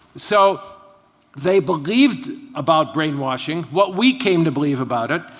so they believed about brainwashing what we came to believe about it.